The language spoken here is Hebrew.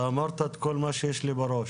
אתה אמרת את כל מה שיש לי בראש.